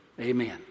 Amen